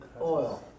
oil